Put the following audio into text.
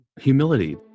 humility